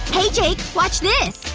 hey jake. watch this